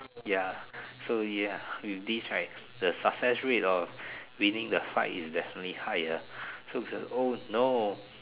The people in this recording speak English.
ya so ya with this right the success rate of winning the fight is definitely higher so like oh no